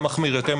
המחמיר יותר,